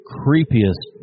creepiest